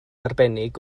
arbennig